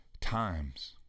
times